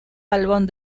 álbum